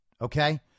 okay